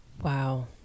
Wow